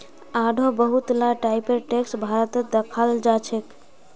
आढ़ो बहुत ला टाइपेर टैक्स भारतत दखाल जाछेक